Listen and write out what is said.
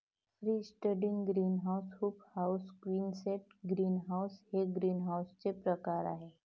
free standing greenhouse, hoop house, quonset greenhouse हे ग्रीनहाऊसचे प्रकार आहे